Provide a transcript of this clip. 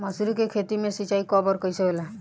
मसुरी के खेती में सिंचाई कब और कैसे होला?